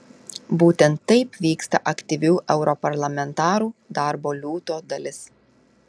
būtent taip vyksta aktyvių europarlamentarų darbo liūto dalis